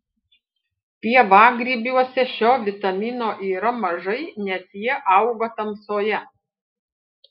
pievagrybiuose šio vitamino yra mažai nes jie auga tamsoje